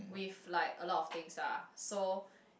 with like a lot of things ah so